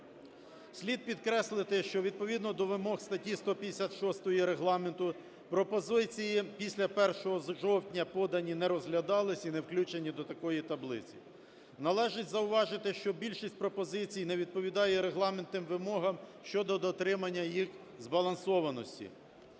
Слід підкреслити, що відповідно до вимог статті 156 Регламенту пропозиції після 1 жовтня подані не розглядались і не включені до такої таблиці. Належить зауважити, що більшість пропозицій не відповідає регламентним вимогам щодо дотримання їх збалансованості.